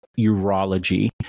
urology